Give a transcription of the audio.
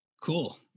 Cool